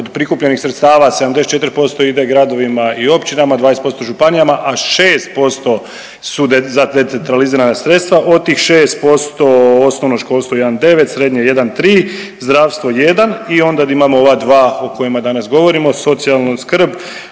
od prikupljenih sredstava 74% ide gradovima i općinama, 20% županijama, a 6% su za decentralizirana sredstva, od tih 6% osnovno školstvo 1,9, srednje 1,3, zdravstvo 1 i onda imamo ova dva o kojima danas govorimo, socijalnu skrb